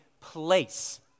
place